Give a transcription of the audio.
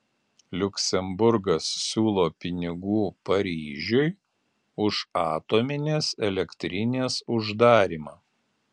liuksemburgas siūlo pinigų paryžiui už atominės elektrinės uždarymą